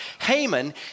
Haman